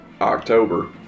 October